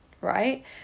right